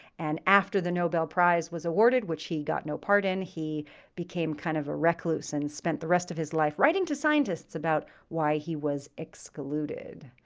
and after the nobel prize was awarded, which he got no part in, he became kind of a recluse and spent the rest of his life writing to scientists about why he was excluded.